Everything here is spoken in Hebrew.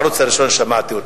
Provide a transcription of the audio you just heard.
בערוץ הראשון שמעתי אותה.